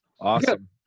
Awesome